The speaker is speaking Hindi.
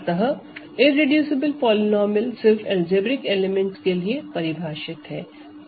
अतः इररेडूसिबल पॉलीनोमिअल सिर्फ अलजेब्रिक एलिमेंट्स के लिए परिभाषित है